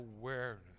awareness